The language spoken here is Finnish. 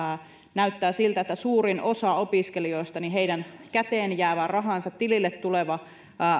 näyttää siltä että suurimmalla osalla opiskelijoista heidän käteenjäävä rahansa tilille tuleva